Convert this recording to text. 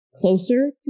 Closer